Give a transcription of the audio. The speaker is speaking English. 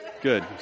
good